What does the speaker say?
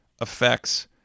affects